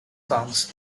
songs